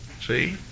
See